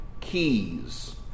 keys